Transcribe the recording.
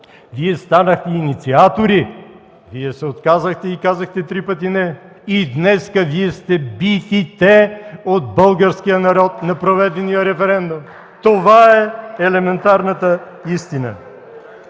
Вие станахте инициатори, Вие се отказахте и казахте три пъти „не”. Днес Вие сте битите от българския народ на проведения референдум – това е елементарната истина.